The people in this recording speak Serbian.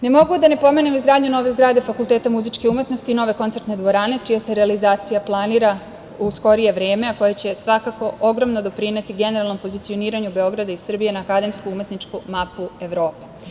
Ne mogu a da ne pomenem izgradnju nove zgrade Fakulteta muzičke umetnosti i nove koncertne dvorane čija se realizacija planira u skorije vreme, a koja će svakako ogromno doprineti generalnom pozicioniranju Beograda i Srbije na akademsku umetničku mapu Evrope.